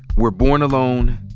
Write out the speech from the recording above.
we're born alone,